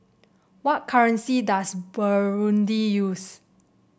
what currency does Burundi use